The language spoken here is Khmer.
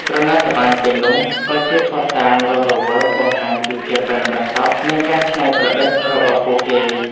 ក្រណាត់ត្បាញទាំងនោះក៏ជាភស្តុតាងរស់រវើកបង្ហាញពីភាពប៉ិនប្រសប់និងការច្នៃប្រឌិតរបស់ពួកគេ។